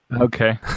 Okay